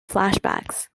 flashbacks